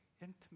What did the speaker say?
intimate